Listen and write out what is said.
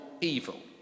evil